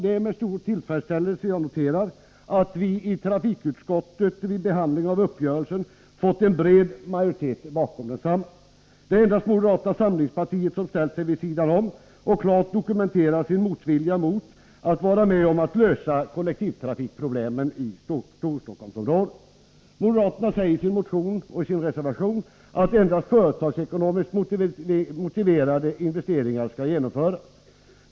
Det är med stor tillfredsställelse jag noterar att vi i trafikutskottet vid behandlingen av uppgörelsen fått en bred majoritet bakom densamma. Det är endast moderata samlingspartiet som ställt sig vid sidan om och klart dokumenterat sin motvilja mot att vara med om att lösa kollektivtrafikproblemen i Storstockholmsområdet. Moderaterna säger i sin motion och reservation att endast företagsekonomiskt motiverade investeringar skall genomföras.